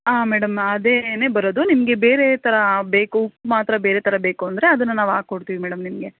ಹಾಂ ಮೇಡಮ್ ಅದೇನೆ ಬರೋದು ನಿಮಗೆ ಬೇರೇ ಥರ ಬೇಕು ಮಾತ್ರ ಬೇರೆ ಥರ ಬೇಕು ಅಂದರೆ ಅದನ್ನು ನಾವು ಹಾಕೊಡ್ತೀವಿ ಮೇಡಮ್ ನಿಮಗೆ